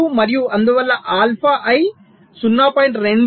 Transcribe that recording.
5 మరియు అందువల్ల alpha I 0